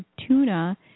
Tuna